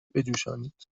بجوشانید